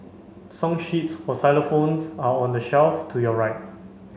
song sheets for xylophones are on the shelf to your right